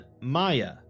maya